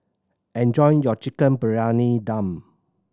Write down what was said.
enjoy your Chicken Briyani Dum